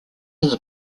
his